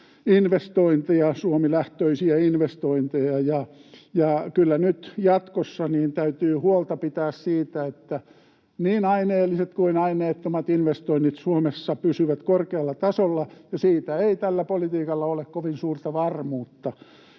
Suomi-lähtöisiä investointeja, ja kyllä nyt jatkossa täytyy huolta pitää siitä, että niin aineelliset kuin aineettomat investoinnit Suomessa pysyvät korkealla tasolla, ja siitä ei tällä politiikalla ole kovin suurta varmuutta.